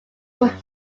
were